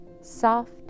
soft